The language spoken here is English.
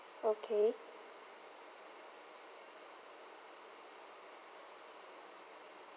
okay